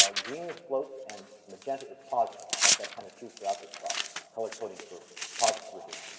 ah green is floats, and magenta is posits. in fact, that's kind of true throughout this talk color coding for posits versus